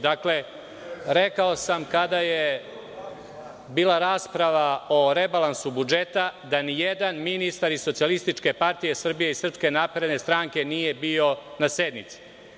Dakle, rekao sam kada je bila rasprava o rebalansu budžeta da nijedan ministar iz Socijalističke partije Srbije i Srpske napredne stranke, nije bio na sednici.